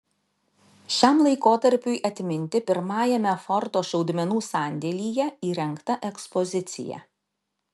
šiam laikotarpiui atminti pirmajame forto šaudmenų sandėlyje įrengta ekspozicija